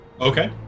Okay